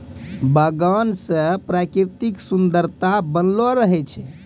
बगान से प्रकृतिक सुन्द्ररता बनलो रहै छै